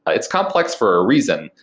it's complex for a reason,